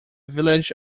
village